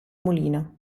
mulino